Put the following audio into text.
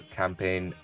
campaign